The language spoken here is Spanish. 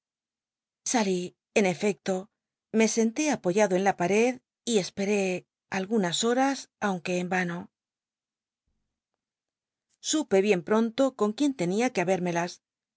salí en efecto me senté apoyado en la pared y esperé algunas horas aunque en vano supe bien pronto con quién tenia fue habérmelas